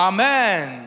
Amen